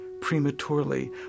prematurely